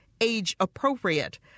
age-appropriate